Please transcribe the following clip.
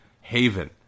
haven